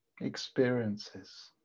experiences